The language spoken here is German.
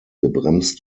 gebremst